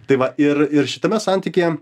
tai va ir ir šitame santykyje